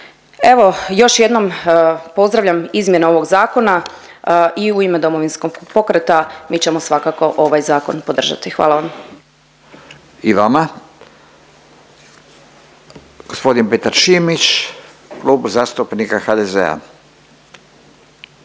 Evo, još jednom pozdravljam izmjene ovog zakona i u ime Domovinskog pokreta mi ćemo svakako ovaj Zakon podržati. Hvala vam. **Radin, Furio (Nezavisni)** I vama. G. Petar Šimić Klub zastupnika HDZ-a,